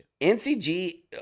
NCG